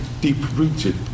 deep-rooted